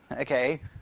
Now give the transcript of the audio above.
Okay